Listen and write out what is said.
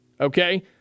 okay